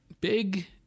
Big